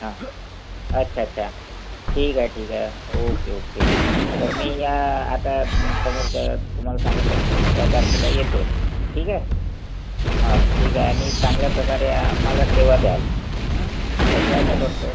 अच्छा अच्छा ठीक आहे ठीक आहे ओके ओके तर मी या आता समोरच्या तुम्हाला सांगितलंत त्या तारखेला येतो ठीक आहे ठीक आहे आणि चांगल्या प्रकारे आम्हाला सेवा द्याल अशी आशा करतो